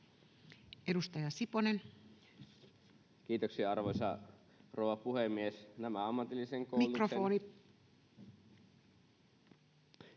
Edustaja Siponen. Kiitoksia, arvoisa rouva puhemies! Nämä